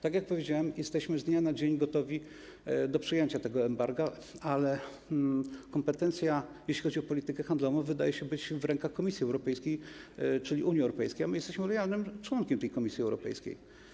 Tak jak powiedziałem, jesteśmy z dnia na dzień gotowi do przyjęcia tego embarga, ale kompetencja, jeśli chodzi o politykę handlową, jest, wydaje się, w rękach Komisji Europejskiej, czyli Unii Europejskiej, a my jesteśmy lojalnym członkiem Komisji Europejskiej.